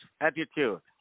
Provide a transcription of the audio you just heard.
attitude